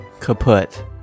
kaput